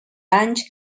anys